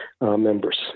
members